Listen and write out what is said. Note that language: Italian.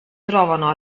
trovano